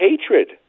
hatred